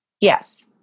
Yes